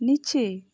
নিচে